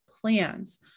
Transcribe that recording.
plans